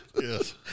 yes